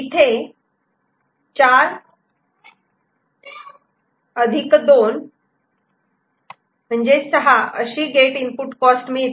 इथे 4 2 6 अशी get input cost मिळते